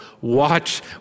watch